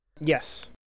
Yes